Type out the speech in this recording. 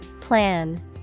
Plan